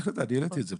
אני העליתי את זה,